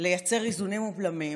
לייצר איזונים ובלמים,